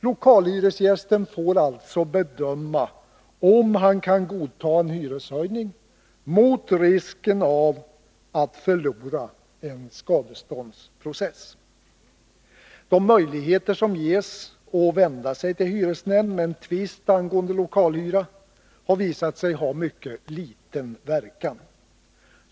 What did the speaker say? Lokalhyresgästen får alltså bedöma om han kan godta en hyreshöjning mot bakgrund av risken att förlora en skadeståndsprocess. De möjligheter som ges att vända sig till hyresnämnd med en tvist angående lokalhyra har visat sig ha mycket liten verkan.